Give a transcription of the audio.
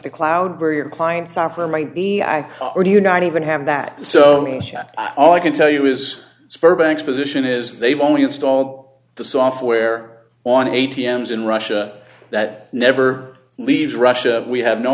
the cloud where your client software might be i or do you not even have that so all i can tell you is sperm banks position is they've only install the software on a t m s in russia that never leaves russia we have no